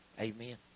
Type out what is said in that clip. Amen